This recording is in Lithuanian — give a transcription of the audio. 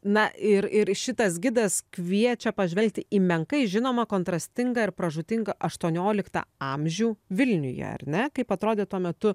na ir ir šitas gidas kviečia pažvelgti į menkai žinomą kontrastingą ir pražūtingą aštuonioliktą amžių vilniuje ar ne kaip atrodė tuo metu